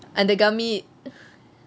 அந்த:antha gummy